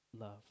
love